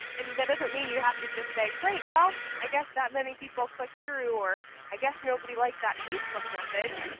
and that doesn't mean you have to just say, great. well i guess that many people clicked through. or i guess nobody liked that facebook message.